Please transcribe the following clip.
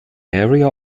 area